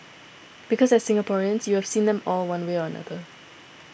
because as Singaporeans you have seen them all one way or another